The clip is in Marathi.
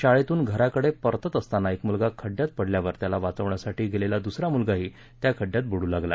शाळेतून घराकडे परतत असताना एक मुलगा खड्ड्यात पडल्यावर त्याला वाचवण्यासाठी गेलेला दुसरा मुलगाही त्या खड्ड्यात बुड् लागला